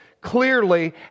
clearly